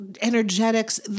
energetics